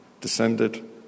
descended